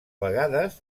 vegades